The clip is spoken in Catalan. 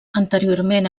anteriorment